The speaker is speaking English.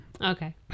Okay